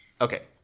Okay